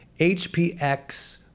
HPX